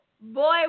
Boy